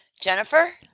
jennifer